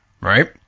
right